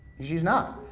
she's not,